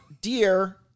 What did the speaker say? Dear